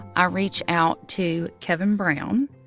ah reach out to kevin brown,